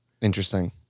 Interesting